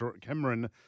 Cameron